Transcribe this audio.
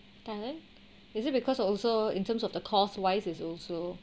thailand is it because also in terms of the cost wise is also